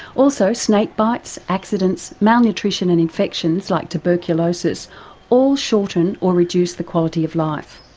also snakebites, accidents, malnutrition and infections like tuberculosis all shorten or reduce the quality of life.